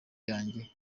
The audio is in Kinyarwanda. yanjye